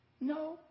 No